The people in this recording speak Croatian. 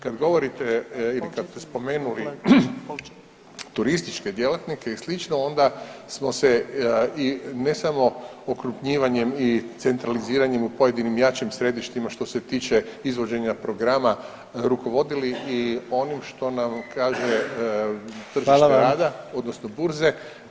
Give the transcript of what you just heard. Kad govorite ili kad ste spomenuli turističke djelatnike i slično onda smo se i ne samo okrupnjivanjem i centraliziranjem u pojedinim jačim središtima što se tiče izvođenja programa rukovodili i onim što nam kaže tržište rada [[Upadica: Hvala vam]] odnosno burze